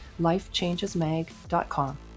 lifechangesmag.com